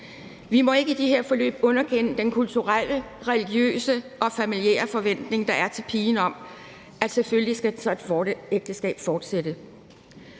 Vi må ikke i de her forløb underkende den kulturelle, religiøse og familiære forventning, der er til pigen, om, at selvfølgelig skal det ægteskab fortsætte.